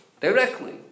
directly